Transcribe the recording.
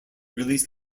released